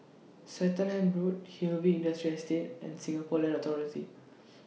Swettenham Road Hillview Industrial Estate and Singapore Land Authority